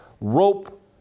rope